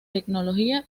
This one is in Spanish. tecnología